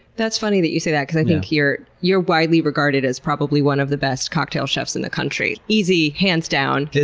that's funny that you say that, because i think you're widely regarded as probably one of the best cocktail chefs in the country. easy. hands down.